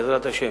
בעזרת השם,